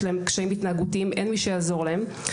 יש להם קשיים התנהגותיים ואין מי שיעזור להם.